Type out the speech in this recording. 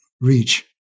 reach